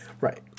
Right